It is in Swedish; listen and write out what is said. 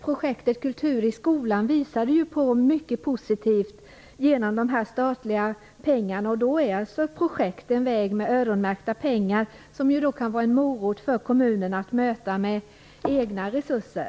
Projektet Kultur i skolan visade på mycket positivt genom statliga pengar. Ett projekt med öronmärkta pengar är en väg. Det kan vara en morot för kommunerna att möta det med egna resurser.